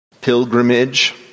pilgrimage